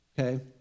Okay